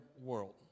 world